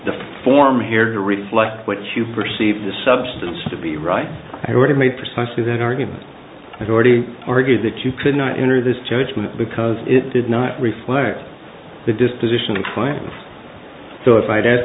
the form here to reflect what you perceive the substance to be right i've already made precisely that argument i've already argued that you could not enter this judgement because it did not reflect the disposition of so if i'd ask